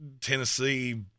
Tennessee